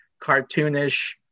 cartoonish